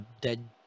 Dead